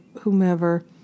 whomever